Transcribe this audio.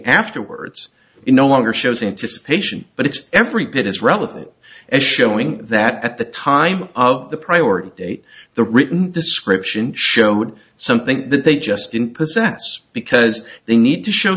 afterwards no longer shows anticipation but it's every bit as relevant as showing that at the time of the priority date the written description showed something that they just didn't possess because they need to show